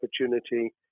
opportunity